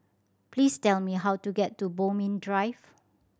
please tell me how to get to Bodmin Drive